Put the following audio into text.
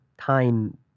time